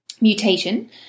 mutation